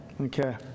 Okay